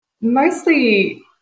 Mostly